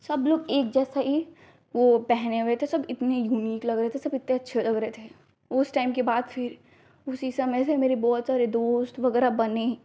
सबलोग एक जैसा ही वह पहने हुए थे सब इतने यूनिक लग रहे थे सब इतने अच्छे लग रहे थे उस टाइम के बाद फिर उसी समय से मेरे बहुत से दोस्त वग़ैरह बने